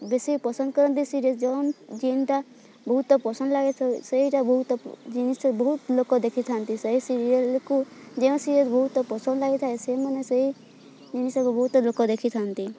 ବେଶୀ ପସନ୍ଦ କରନ୍ତି ସିରିଏଲ ଯେଉଁ ଯେନ୍ଟା ବହୁତ ପସନ୍ଦ ଲାଗିଥା ସେଇଟା ବହୁତ ଜିନିଷ ବହୁତ ଲୋକ ଦେଖିଥାନ୍ତି ସେଇ ସିରିଏଲକୁ ଯେଉଁ ସିରିଏଲ ବହୁତ ପସନ୍ଦ ଲାଗିଥାଏ ସେମାନେ ସେଇ ଜିନିଷକୁ ବହୁତ ଲୋକ ଦେଖିଥାନ୍ତି